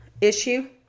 issue